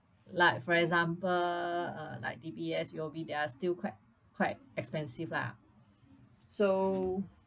like for example uh like D_B_S U_O_B they are still quite quite expensive lah so